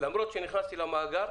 שלמרות שנכנסתי למאגר,